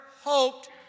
hoped